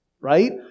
right